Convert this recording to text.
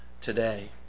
today